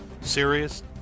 Serious